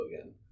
again